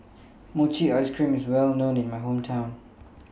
Mochi Ice Cream IS Well known in My Hometown